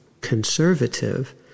conservative